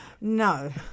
no